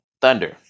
thunder